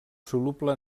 soluble